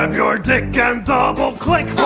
and your dick and double click.